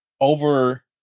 over